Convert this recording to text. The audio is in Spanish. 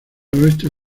oeste